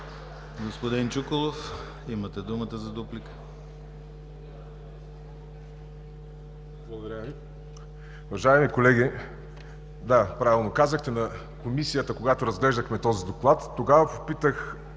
Господин Чуколов, имате думата за дуплика. ДЕСИСЛАВ ЧУКОЛОВ (ОП): Благодаря Ви. Уважаеми колеги, да, правилно казахте, в Комисията, когато разглеждахме този доклад, тогава попитах